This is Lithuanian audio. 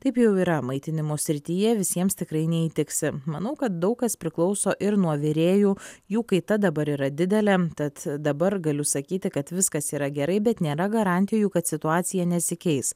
taip jau yra maitinimo srityje visiems tikrai neįtiksi manau kad daug kas priklauso ir nuo virėjų jų kaita dabar yra didelė tad dabar galiu sakyti kad viskas yra gerai bet nėra garantijų kad situacija nesikeis